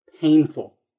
painful